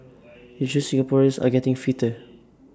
IT shows Singaporeans are getting fitter